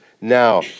now